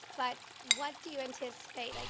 but what do you anticipate, like